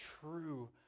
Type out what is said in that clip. true